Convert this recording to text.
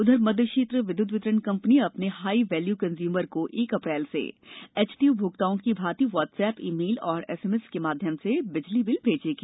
उधर मध्य क्षेत्र विद्युत वितरण कंपनी अपने हाई वैल्यू कंज्यूमर को एक अप्रैल से एचटी उपभोक्ताओं की भांति व्हाट्सएप ई मेल एवं एसएमएस के माध्यम से बिजली बिल मेजेगी